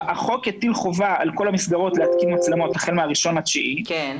החוק הטיל חובה על כל המסגרות להתקין מצלמות החל מה-1 בספטמבר,